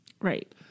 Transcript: right